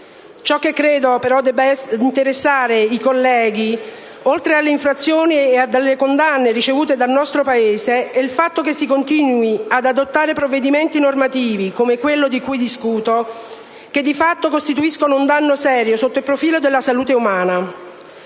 Ciò che credo però debba interessare i colleghi, oltre alle infrazioni e alle condanne ricevute dal nostro Paese, è il fatto che si continui ad adottare provvedimenti normativi, come quello di cui discuto, che di fatto costituiscono un danno serio sotto il profilo della salute umana.